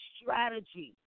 strategy